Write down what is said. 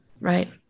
right